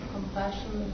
Compassion